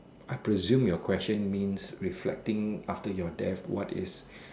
I presume your question means reflecting after your death what is